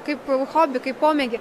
kaip hobį kaip pomėgį